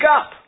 up